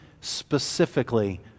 specifically